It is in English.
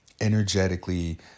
energetically